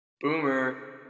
Boomer